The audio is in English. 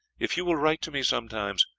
if you will write to me sometimes,